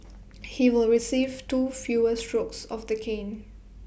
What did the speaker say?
he will receive two fewer strokes of the cane